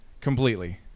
Completely